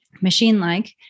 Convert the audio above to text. machine-like